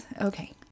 Okay